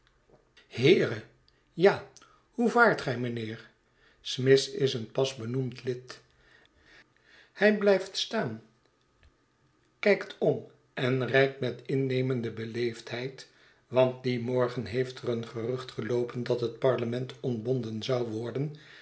heere ja hoe vaart gij mijnheer i smith is een pas benoemd lid hij blijft staan kijkt om en reikt met innemende beleefdheid want dien morgen heeft er een gerucht geloopen dat het parlement ontbonden zou worden